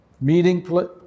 meeting